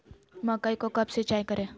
मकई को कब सिंचाई करे?